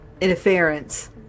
Interference